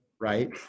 Right